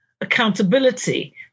accountability